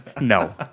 No